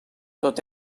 tot